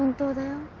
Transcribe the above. do that.